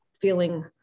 feeling